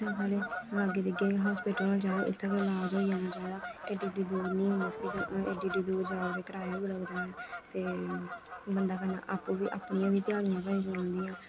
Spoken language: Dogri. साढ़े लागे दिग्गे गै हास्पिटल होना चाहिदा उत्थै गै ईलाज होई जाना चाहिदा एड्डी एड्डी दूर निं मींस कि एड्डी एड्डी दूर जाओ ते कराया बी बड़ा जैदा ऐ ते बंदा कन्नै आपूं बी अपनियां बी ध्याड़ियां भजदियां रौंहदियां